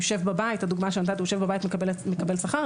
הוא יושב בבית ומקבל שכר.